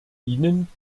ihnen